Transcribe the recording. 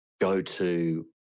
go-to